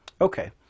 Okay